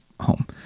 home